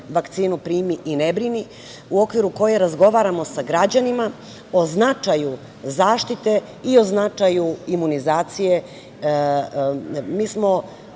„Vakcinu primi i ne brini“, u okviru koje razgovaramo sa građanima o značaju zaštite i o značaju imunizacije. Mi